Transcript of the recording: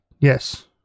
Yes